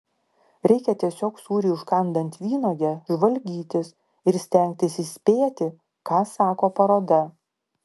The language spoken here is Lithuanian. reikia tiesiog sūrį užkandant vynuoge žvalgytis ir stengtis įspėti ką sako paroda